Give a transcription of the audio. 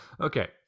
Okay